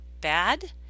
bad